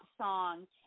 song